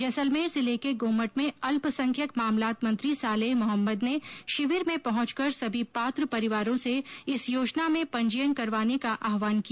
जैसलमेर जिले के गोमट में अल्पसंख्यक मामलात मंत्री सालेह मोहम्मद ने शिविर में पहुंचकर सभी पात्र परिवारों से इस योजना में पंजीयन करवाने का आहवान किया